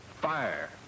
fire